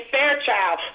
Fairchild